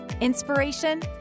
inspiration